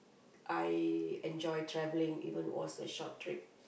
I enjoy travelling even was a short trip